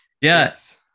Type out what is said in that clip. yes